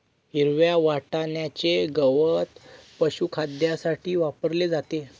हिरव्या वाटण्याचे गवत पशुखाद्यासाठी वापरले जाते